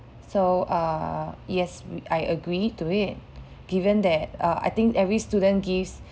so uh yes I agree to it given that uh I think every student gives